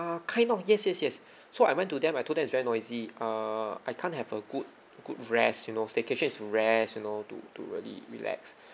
uh kind of yes yes yes so I went to them I told them it's very noisy err I can't have a good good rest you know staycation is rest you know to to really relax